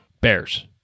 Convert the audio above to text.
Bears